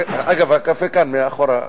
אגב, הקפה כאן מאחור.